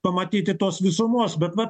pamatyti tos visumos bet vat